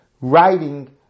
writing